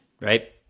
right